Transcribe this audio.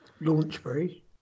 Launchbury